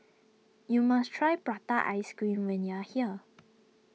you must try Prata Ice Cream when you are here